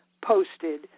posted